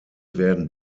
werden